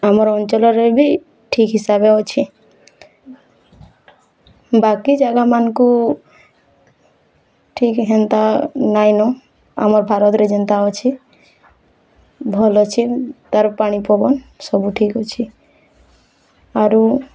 ଆମର ଅଞ୍ଚଲରେ ବି ଠିକ୍ ହିସାବେ ଅଛି ବାକି ଜାଗାମାନଙ୍କୁ ଠିକ୍ ହେନ୍ତା ନାଇଁନ ଆମ ଭାରତରେ ଯେନ୍ତା ଅଛି ଭଲ ଅଛେ ତା'ର୍ ପାଣିପାଗ ସବୁ ଠିକ୍ ଅଛି ଆରୁ